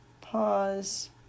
pause